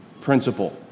principle